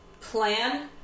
plan